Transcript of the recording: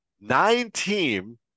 nine-team